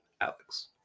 alex